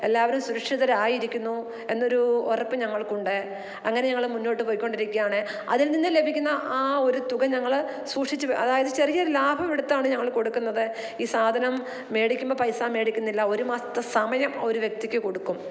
എല്ലാവരും സുരക്ഷിതരായിരിക്കുന്നു എന്നൊരു ഉറപ്പ് ഞങ്ങൾക്കുണ്ട് അങ്ങനെ ഞങ്ങൾ മുന്നോട്ട് പോയ്കൊണ്ടിരിക്കുവാണ് അതിൽ നിന്ന് ലഭിക്കുന്ന ആ ഒരു തുക ഞങ്ങൾ സൂക്ഷിച്ച് അതായത് ചെറിയൊരു ലാഭമെടുത്താണ് ഞങ്ങൾ കൊടുക്കുന്നത് ഈ സാധനം മേടിക്കുമ്പം പൈസ മേടിക്കുന്നില്ല ഒരു മാസത്തെ സമയം ആ വ്യക്തിക്ക് കൊടുക്കും